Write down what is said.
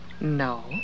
No